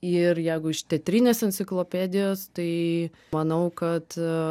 ir jeigu iš teatrinės enciklopedijos tai manau kad